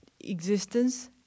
existence